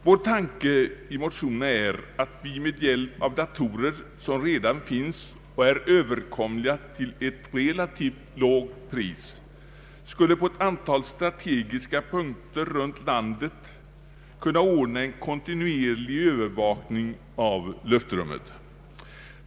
Vår tanke i motionerna är att vi med hjälp av datorer, som redan finns och är överkomliga till ett relativt lågt pris, skulle på ett antal strategiska punkter runt landet ordna en kontinuerlig övervakning av luftrummet.